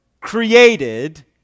created